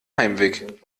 heimweg